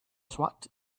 swat